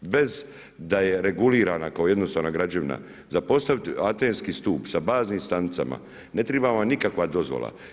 Bez da je regulirana, kao jednostavna građevina, za postaviti antenski stup, sa baznim stanicama, ne treba vam nikakva dozvola.